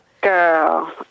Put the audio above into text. Girl